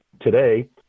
today